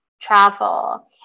travel